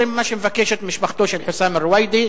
זה מה שמבקשת משפחתו של חוסאם רוויידי,